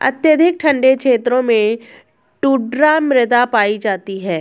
अत्यधिक ठंडे क्षेत्रों में टुण्ड्रा मृदा पाई जाती है